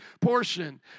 portion